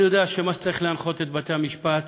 אני יודע שמה שצריך להנחות את בתי-המשפט